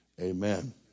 Amen